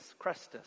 Crestus